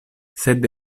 sed